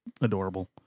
adorable